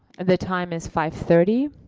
the time is five thirty,